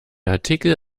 artikel